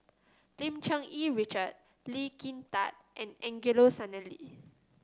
Lim Cherng Yih Richard Lee Kin Tat and Angelo Sanelli